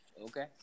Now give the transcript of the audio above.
Okay